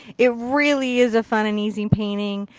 it really is a fun and easy painting.